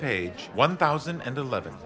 page one thousand and eleven